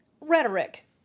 rhetoric